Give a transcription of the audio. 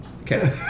Okay